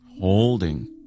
holding